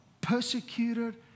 persecuted